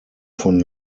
von